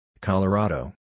Colorado